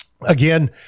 Again